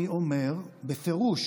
אני אומר בפירוש.